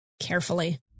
carefully